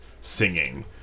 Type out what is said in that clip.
singing